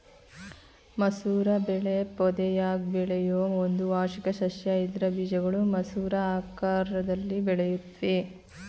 ಮಸೂರ ಬೆಳೆ ಪೊದೆಯಾಗ್ ಬೆಳೆಯೋ ಒಂದು ವಾರ್ಷಿಕ ಸಸ್ಯ ಇದ್ರ ಬೀಜಗಳು ಮಸೂರ ಆಕಾರ್ದಲ್ಲಿ ಬೆಳೆಯುತ್ವೆ